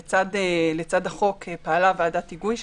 לצד החוק פעלה ועדת היגוי,